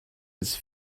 his